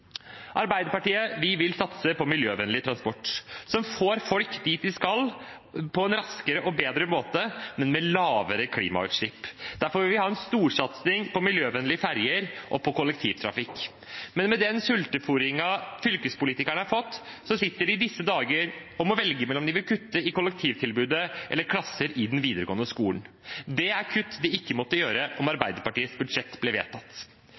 vil satse på miljøvennlig transport som vil få folk dit de skal, på en raskere og bedre måte, men med lavere klimautslipp. Derfor vil vi ha en storsatsing på miljøvennlige ferjer og på kollektivtrafikk. Med den sultefôringen fylkespolitikerne har fått, sitter de i disse dager og må velge om de vil kutte i kollektivtilbudet eller i klasser i den videregående skolen. Det er kutt de ikke hadde måttet gjøre om Arbeiderpartiets budsjett ble vedtatt.